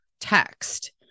text